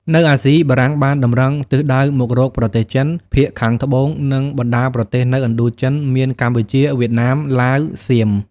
នៅអាស៊ី បារាំងបានតម្រង់ទិសដៅមករកប្រទេសចិន ភាគខាងត្បូងនិង បណ្តាប្រទេសនៅឥណ្ឌូចិនមានកម្ពុជា វៀតណាម ឡាវសៀម។